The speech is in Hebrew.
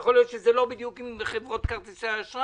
יכול להיות שזה לא בדיוק מתאים לחברות כרטיסי האשראי,